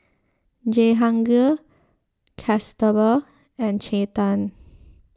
Jehangirr Kasturba and Chetan